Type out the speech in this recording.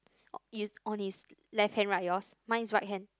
you on his left hand right yours mine is right hand